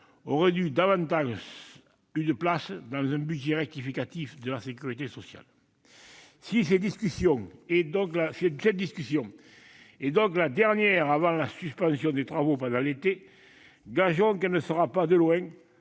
aurait eu davantage sa place dans un budget rectificatif de la sécurité sociale. Si cette discussion est la dernière avant la suspension des travaux pendant l'été, gageons qu'elle ne sera pas, tant